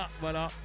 voilà